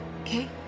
okay